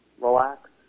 relax